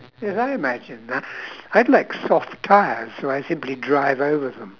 as I imagine ya I'd like soft tyres where I simply drive over from